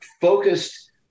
focused